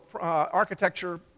architecture